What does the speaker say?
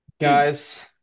Guys